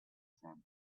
sand